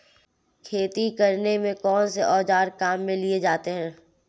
खेती करने में कौनसे औज़ार काम में लिए जाते हैं?